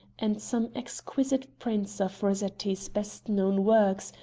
and some exquisite prints of rossetti's best known works,